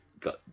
got